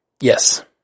Yes